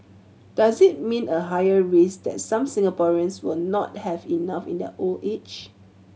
does it mean a higher risk that some Singaporeans will not have enough in their old age